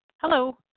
Hello